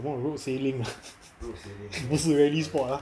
什么 road sailing ah 不是 rallisports ah